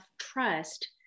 trust